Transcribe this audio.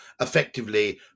effectively